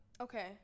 Okay